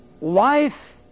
life